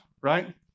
right